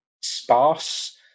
sparse